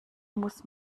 muss